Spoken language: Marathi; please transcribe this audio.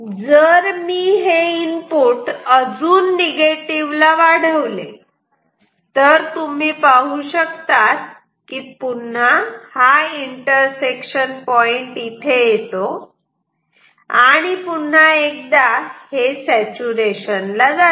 जर मी हे इनपुट अजून निगेटिव्ह ला वाढवले तर तुम्ही पाहू शकतात की पुन्हा हा इंटरसेक्शन पॉईंट इथे येतो आणि पुन्हा एकदा हे सॅचूरेशन ला जाते